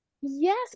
Yes